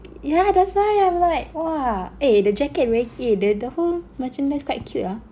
yeah that's why I'm like !wah! eh the jacket really eh the the whole merchandise quite cute ah